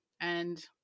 and-